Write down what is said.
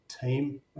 team